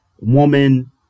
woman